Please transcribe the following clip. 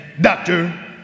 Doctor